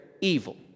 evil